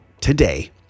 today